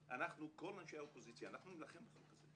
לדמוקרטיה אמיתית שאינה מודרכת מלמעלה".